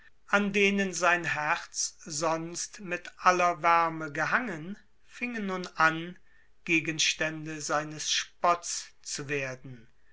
an denen sein herz sonst mit aller wärme gehangen fingen nun an gegenstände seines spotts zu werden